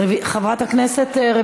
חבר הכנסת מיקי רוזנטל,